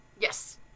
Yes